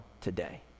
today